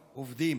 עובדים.